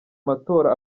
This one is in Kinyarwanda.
matora